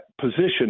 position